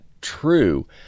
true